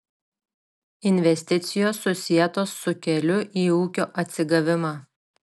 investicijos susietos su keliu į ūkio atsigavimą